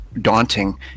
daunting